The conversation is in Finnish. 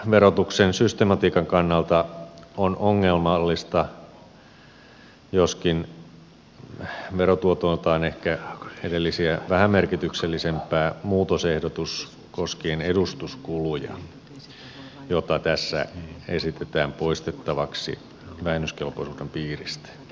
elinkeinoverotuksen systematiikan kannalta on ongelmallista joskin verotuotoiltaan ehkä edellisiä vähämerkityksisempää muutosehdotus koskien edustuskuluja joita tässä esitetään poistettavaksi vähennyskelpoisuuden piiristä